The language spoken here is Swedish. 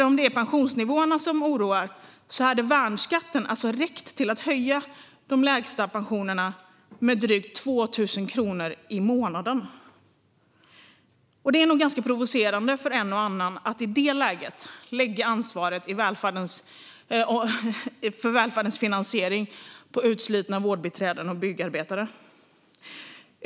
Om det är pensionsnivåerna som oroar hade värnskatten räckt till att höja de lägsta pensionerna med drygt 2 000 kronor i månaden. Det är nog ganska provocerande för en och annan att ansvaret för välfärdens finansiering i detta läge läggs på utslitna vårdbiträden och byggjobbare.